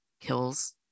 kills